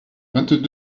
vingt